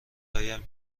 هایم